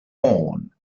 horn